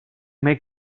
make